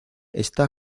está